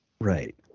Right